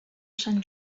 sant